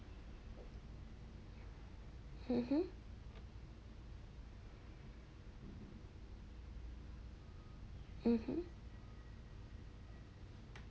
mmhmm mmhmm